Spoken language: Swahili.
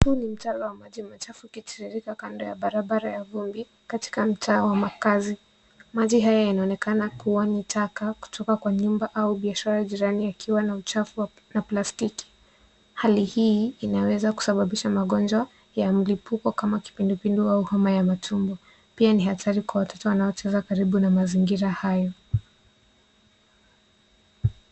Huu ni mtaro wa maji machafu ukitiririka kando ya barabara ya vumbi katika mtaa wa makaazi. Maji haya yanaonekana kuwa ni taka kutoka kwa nyumba au biashara jirani yakiwa na uchafu wa plastiki. Hali hii inaweza kusababisha magonjwa ya mlipuko kama kipindupindu au homa ya matumbo. Pia ni hatari kwa watoto wanaocheza karibu na mazingira hayo.